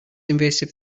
invasive